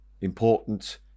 important